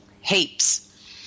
Heaps